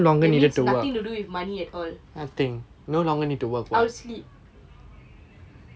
means nothing to do with money at all I'll sleep